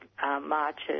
marches